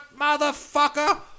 motherfucker